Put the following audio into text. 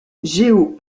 géo